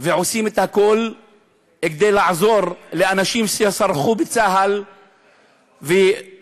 ועושים את הכול כדי לעזור לאנשים שסרחו בצה"ל ומתנכלים